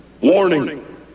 Warning